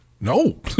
No